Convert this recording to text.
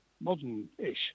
modern-ish